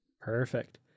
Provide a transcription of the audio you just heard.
Perfect